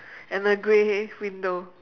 and a grey window